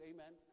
Amen